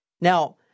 Now